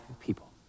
people